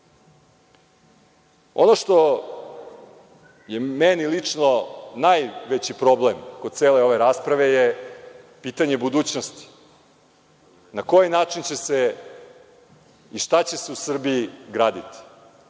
što je meni lično najveći problem kod cele ove rasprave je pitanje budućnosti. Na koji način će se i šta će se u Srbiji graditi